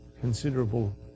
considerable